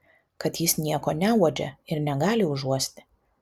kad jis nieko neuodžia ir negali užuosti